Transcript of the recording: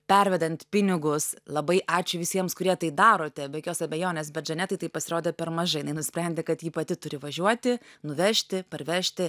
pervedant pinigus labai ačiū visiems kurie tai darote be jokios abejonės bet žanetai tai pasirodė per mažai jinai nusprendė kad ji pati turi važiuoti nuvežti parvežti